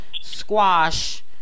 squash